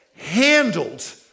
handled